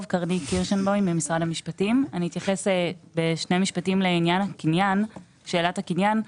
אני אתייחס בשני משפטים לשאלת הקניין.